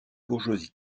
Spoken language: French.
bourgeoisie